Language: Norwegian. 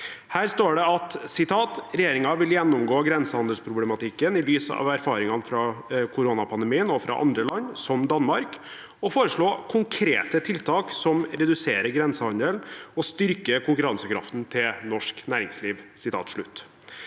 Her står det at regjeringen vil «[g]jennomgå grensehandelsproblematikken i lys av erfaringene fra koronapandemien og fra andre land, som Danmark, og foreslå konkrete tiltak som reduserer grensehandelen og styrker konkurransekraften til norsk næringsliv.»